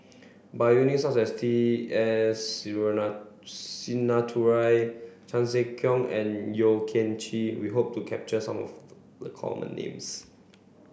by such as T S Sinnathuray Chan Sek Keong and Yeo Kian Chye we hope to capture some of the common names